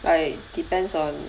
like depends on